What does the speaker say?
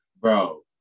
Bro